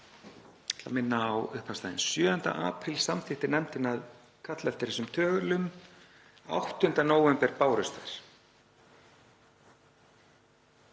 að minna á upphafsdaginn, 7. apríl samþykkti nefndin að kalla eftir þessum tölum. 8. nóvember bárust þær.